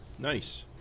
Nice